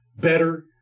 better